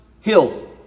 hill